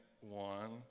one